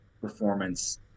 performance